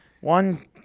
one